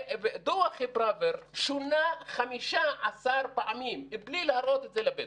ודוח פראוור שונה 15 פעמים בלי להראות את זה לבדואים.